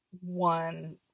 one